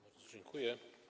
Bardzo dziękuję.